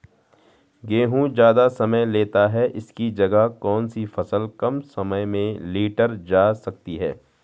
गेहूँ ज़्यादा समय लेता है इसकी जगह कौन सी फसल कम समय में लीटर जा सकती है?